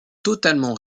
totalement